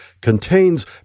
contains